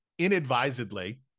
inadvisedly